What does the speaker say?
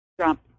Trump